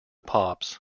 pops